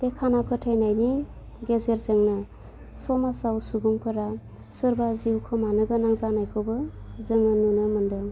बे खाना फोथायनायनि गेजेरजोंनो समाजाव सुबुंफोरा सोरबा जिउ खोमानो गोनां जानायखौबो जोङो नुनो मोनदों